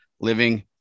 living